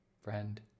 Friend